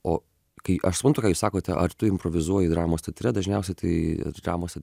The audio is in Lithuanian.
o kai aš suprantu ką jūs sakote ar tu improvizuoji dramos teatre dažniausiai tai dramose